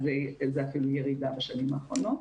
אז זה אפילו ירידה בשנים האחרונות.